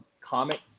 comic